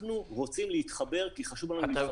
אנחנו רוצים להתחבר כי חשוב לנו לגז